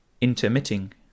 intermitting